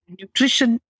nutrition